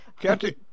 Captain